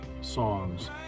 songs